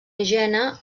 higiene